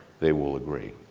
they will agree.